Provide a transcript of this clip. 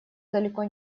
далеко